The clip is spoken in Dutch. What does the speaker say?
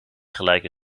gelijke